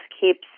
keeps